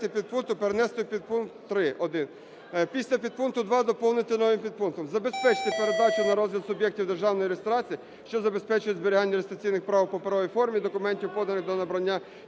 після підпункту 2 доповнити новим підпунктом: